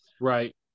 Right